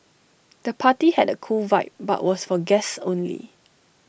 the party had A cool vibe but was for guests only